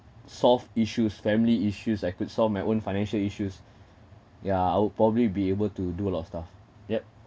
solve issues family issues I could solve my own financial issues ya I'll probably be able to do a lot of stuff yup